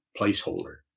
placeholder